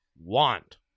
want